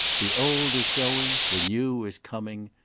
the old is going the new is coming.